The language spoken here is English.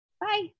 Bye